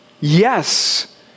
Yes